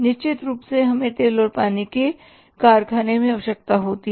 निश्चित रूप से हमें तेल और पानी कि कारखाने में आवश्यकता होती है